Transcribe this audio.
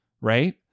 right